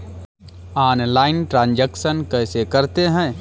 Online transaction कैसे करते हैं?